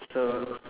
so